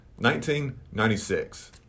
1996